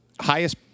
Highest